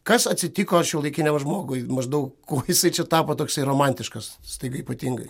kas atsitiko šiuolaikiniam žmogui maždaug ko jisai čia tapo toksai romantiškas staiga ypatingai